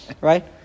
Right